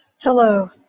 Hello